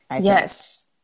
Yes